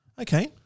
Okay